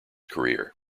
career